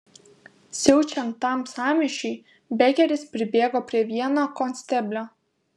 siaučiant tam sąmyšiui bekeris pribėgo prie vieno konsteblio